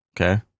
okay